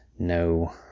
no